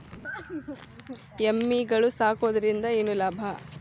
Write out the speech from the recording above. ಎಮ್ಮಿಗಳು ಸಾಕುವುದರಿಂದ ಏನು ಲಾಭ?